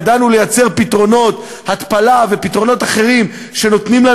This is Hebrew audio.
ידענו לייצר פתרונות התפלה ופתרונות אחרים שנותנים לנו